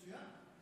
היא הנותנת.